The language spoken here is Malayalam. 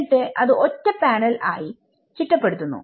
എന്നിട്ട് അത് ഒറ്റ പാനൽ ആയി ചിട്ടപ്പെടുത്തുന്നു